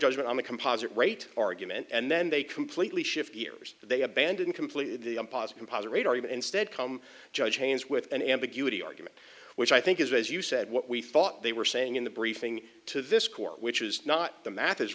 judgment on the composite right argument and then they completely shift gears they abandon completely the opposite composite radar even instead come judge chains with an ambiguity argument which i think is as you said what we thought they were saying in the briefing to this court which is not the math is